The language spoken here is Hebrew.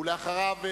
ואחריו,